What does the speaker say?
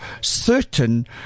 certain